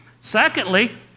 Secondly